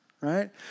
right